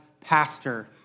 pastor